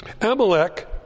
Amalek